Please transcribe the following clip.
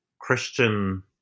christian